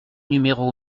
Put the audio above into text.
numéro